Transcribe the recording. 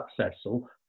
successful